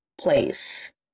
place